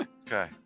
Okay